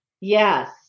Yes